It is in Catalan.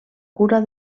cura